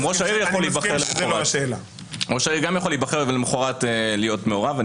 גם ראש העיר יכול להיבחר ולמחרת להיות מעורב.